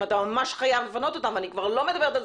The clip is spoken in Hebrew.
אם אתה ממש חייב לפנות אותן ועל זה אני כבר לא מדברת,